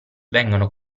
vengono